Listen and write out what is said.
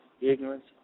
ignorance